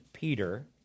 Peter